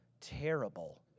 terrible